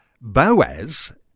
Boaz